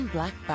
Black